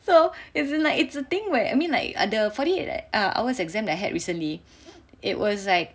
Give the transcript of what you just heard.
so it's like it's the thing where I mean like ada forty eight hours exam that I had recently it was like